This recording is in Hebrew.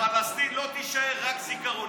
פלסטין לא תישאר, רק זיכרון.